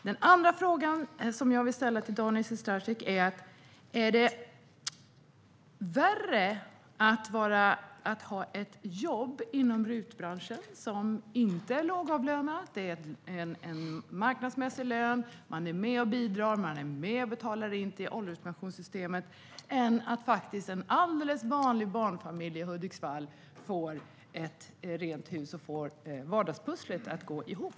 Den andra frågan som jag vill ställa till Daniel Sestrajcic är: Är det värre att ha ett jobb inom RUT-branschen som inte är lågavlönat - man har en marknadsmässig lön, man är med och bidrar och betalar in till ålderspensionssystem - än att en alldeles vanlig barnfamilj i Hudiksvall får ett rent hus och vardagspusslet att gå ihop?